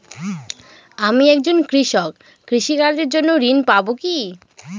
আমি একজন কৃষক কৃষি কার্যের জন্য ঋণ পাব কি?